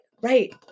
right